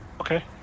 Okay